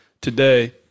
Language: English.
today